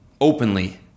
openly